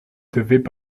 devaient